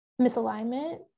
misalignment